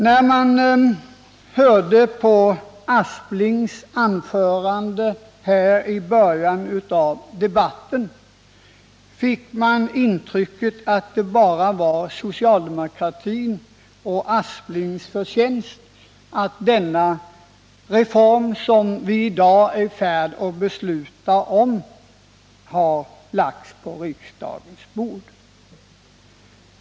När man lyssnade på herr Asplings anförande i början av debatten fick man intrycket att det bara var socialdemokratins och herr Asplings förtjänst att förslaget till den reform som vi i dag är i färd att besluta om har lagts på riksdagens bord.